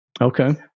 Okay